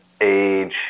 age